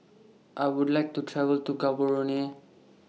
I Would like to travel to Gaborone